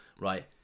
Right